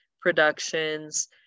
productions